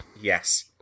Yes